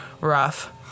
rough